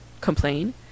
complain